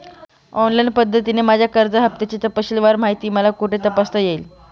Online पद्धतीने माझ्या कर्ज हफ्त्याची तपशीलवार माहिती मला कुठे तपासता येईल?